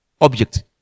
object